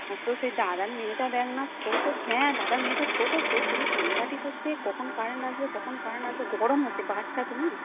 আর তোর সেই দাদার মেয়েটা দেখ না ছোটো হ্যাঁ দাদার মেয়েটা ছোটো সে শুধু কান্নাকাটি করছে কখন কারেন আসবে কখন কারেন আসবে গরম হচ্ছে বাচ্চা তো না